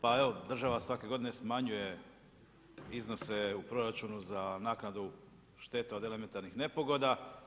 Pa evo država svake godine smanjuje iznose u proračunu za naknadu šteta od elementarnih nepogoda.